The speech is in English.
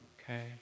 okay